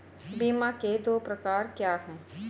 बीमा के दो प्रकार क्या हैं?